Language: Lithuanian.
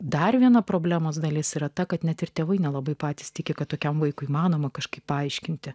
dar viena problemos dalis yra ta kad net ir tėvai nelabai patys tiki kad tokiam vaikui įmanoma kažkaip paaiškinti